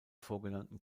vorgenannten